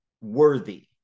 worthy